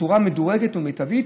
בצורה מדורגת ומיטבית,